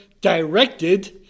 directed